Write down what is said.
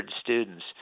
students